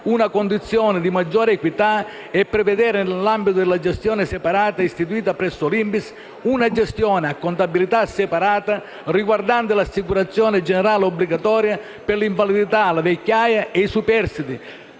una condizione di maggiore equità e prevedere, nell'ambito della gestione separata istituita presso l'INPS, una gestione a contabilità separata riguardante l'assicurazione generale obbligatoria per l'invalidità, la vecchiaia e i superstiti,